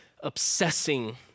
obsessing